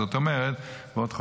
זאת אומרת בעוד חודשיים,